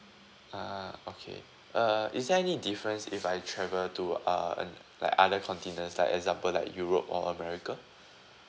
ah okay uh is there any difference if I travel to uh an like other continents like example like europe or america